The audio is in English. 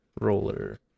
roller